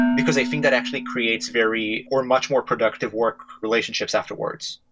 because i think that actually creates very or much more productive work relationships afterwards.